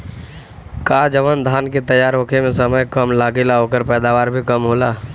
का जवन धान के तैयार होखे में समय कम लागेला ओकर पैदवार भी कम होला?